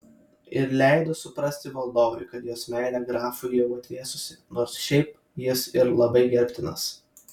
ir leido suprasti valdovui kad jos meilė grafui jau atvėsusi nors šiaip jis ir labai gerbtinas